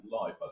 life